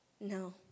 No